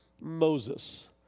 Moses